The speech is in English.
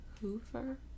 Hoover